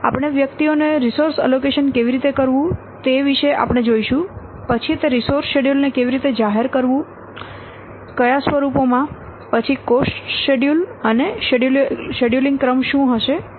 આપણે વ્યક્તિઓને resource allocation કેવી રીતે કરવું તે વિશે આપણે જોઈશું પછી તે રિસોર્સ શેડ્યૂલ ને કેવી રીતે જાહેર કરવું કયા સ્વરૂપોમાં પછી કોસ્ટ શેડ્યૂલ અને શેડ્યૂલિંગ ક્રમ શું હશે તે